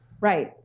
Right